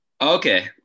Okay